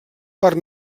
parc